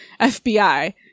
FBI